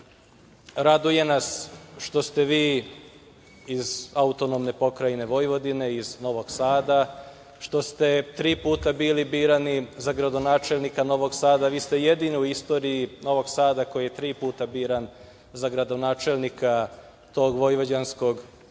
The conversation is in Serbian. raduje nas što ste vi iz AP Vojvodine, iz Novog Sada, što ste tri puta bili birani za gradonačelnika Novog Sada. Vi ste jedini u istoriji Novog Sada koji je tri puta biran za gradonačelnika tog vojvođanskog grada